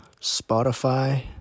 Spotify